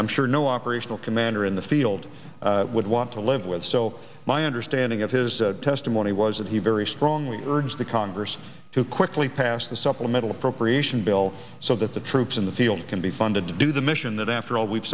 i'm sure no operational commander in the field would want to live with so my understanding of his testimony was that he very strongly urged the congress to quickly pass the supplemental appropriation bill so that the troops in the field can be funded to do the mission that after all we've